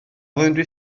flwyddyn